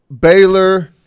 Baylor